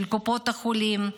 של קופות החולים,